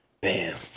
Bam